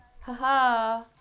haha